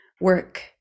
work